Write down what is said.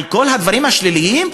על כל הדברים השליליים,